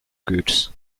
goods